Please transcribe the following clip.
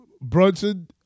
Brunson